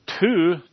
two